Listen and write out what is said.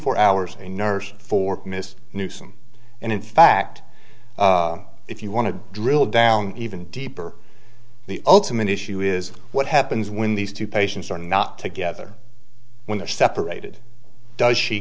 four hours a nurse for mr newsome and in fact if you want to drill down even deeper the ultimate issue is what happens when these two patients are not together when they're separated does she